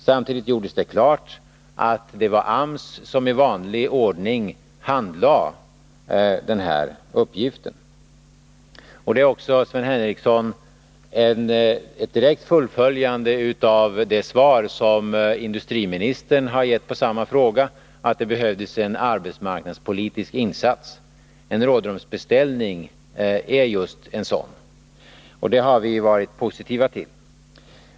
Samtidigt gjordes det klart att det var AMS som i vanlig ordning handlade den här frågan. Det är också, Sven Henricsson, ett direkt fullföljande av det svar som industriministern lämnat på samma fråga, nämligen att det behövs en arbetsmarknadspolitisk insats. En rådrumsbeställning är just en sådan, och det har vi varit positiva till.